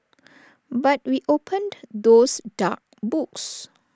but we opened those dark books